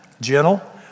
Gentle